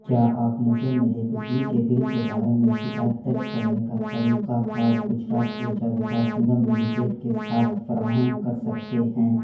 کیا آپ مجھے میرے بجلی کے بل کے بارے میں شکایت درج کرنے کا طریقہ کار گجرات ارجا وکاس نگم لمیٹڈ کے ساتھ فراہم کر سکتے ہیں